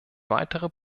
weitere